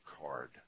card